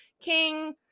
King